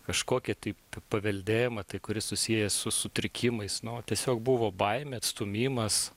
kažkokį tai paveldėjimą tai kuris susiejęs su sutrikimais nu tiesiog buvo baimė atstūmimas